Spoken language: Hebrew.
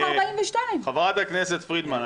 חברת הכנסת פרידמן,